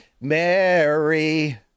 mary